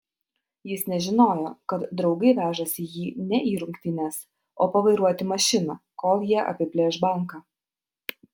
jis nežinojo kad draugai vežasi jį ne į rungtynes o pavairuoti mašiną kol jie apiplėš banką